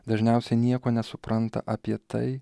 dažniausiai nieko nesupranta apie tai